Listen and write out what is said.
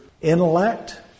intellect